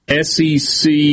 SEC